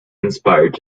inspire